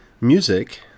Music